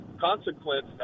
consequence